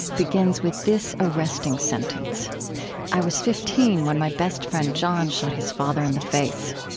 begins with this arresting sentence i was fifteen when my best friend john shot his father in the face.